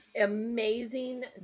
amazing